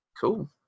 Cool